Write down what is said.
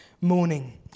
morning